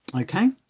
Okay